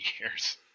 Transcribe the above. years